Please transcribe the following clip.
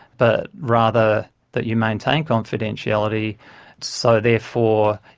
but rather that you maintain confidentiality so therefore,